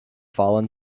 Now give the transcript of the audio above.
fallen